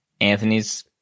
Anthony's